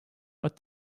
but